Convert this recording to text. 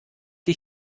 die